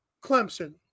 Clemson